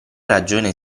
ragione